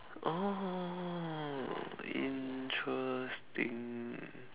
oh interesting